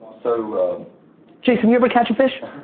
so jason you ever catch a fish?